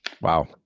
Wow